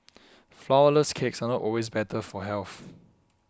Flourless Cakes are not always better for health